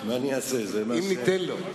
מה אני אעשה, זה מה שהטילו עלי.